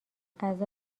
غذا